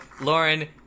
Lauren